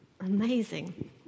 Amazing